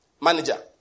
manager